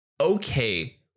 okay